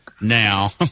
now